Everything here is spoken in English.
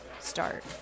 start